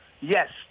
Yes